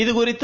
இதுகுறித்து